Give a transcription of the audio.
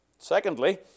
Secondly